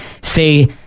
say